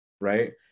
right